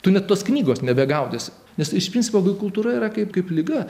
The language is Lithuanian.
tu net tos knygos nebegaudysi nes iš principo tai kultūra yra kaip kaip liga